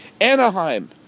Anaheim